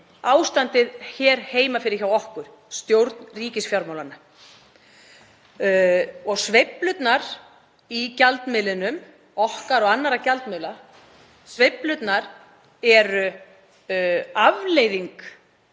ástandið hér heima fyrir hjá okkur, stjórn ríkisfjármálanna. Sveiflurnar í gjaldmiðlinum okkar og annarra gjaldmiðla eru afleiðing